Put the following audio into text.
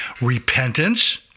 repentance